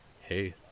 hey